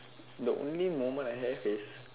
the only moment I have is